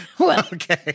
okay